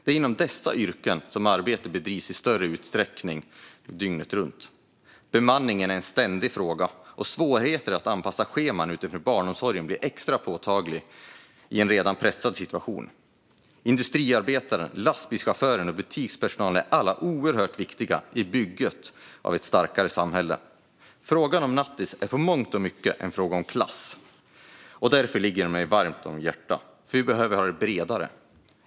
Det är inom dessa yrken som arbetet i större utsträckning bedrivs dygnet runt. Bemanningen är en ständig fråga, och svårigheter att anpassa scheman utifrån barnomsorgen blir extra påtaglig i en redan pressad situation. Industriarbetaren, lastbilschauffören och butikspersonalen är alla oerhört viktiga i bygget av ett starkare samhälle. Frågan om nattis är i mångt och mycket en fråga om klass, och därför ligger den mig varmt om hjärtat. Vi behöver ha detta bredare.